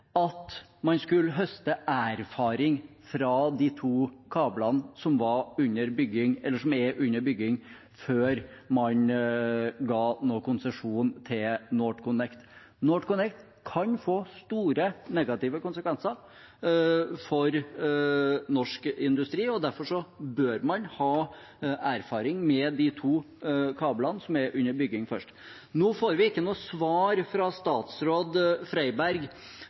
at man skulle høste erfaring fra de to kablene som er under bygging, før man ga noen konsesjon til NorthConnect. NorthConnect kan få store negative konsekvenser for norsk industri, og derfor bør man først ha erfaring med de to kablene som er under bygging. Nå får vi ikke noe svar fra statsråd Freiberg